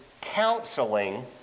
counseling